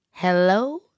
Hello